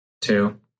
Two